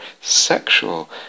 sexual